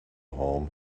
home